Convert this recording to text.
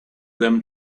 them